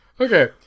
Okay